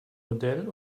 modell